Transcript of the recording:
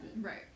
Right